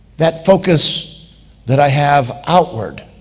that focus that i have outward